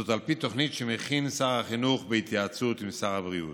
זאת על פי תוכנית שמכין שר החינוך בהתייעצות עם שר הבריאות.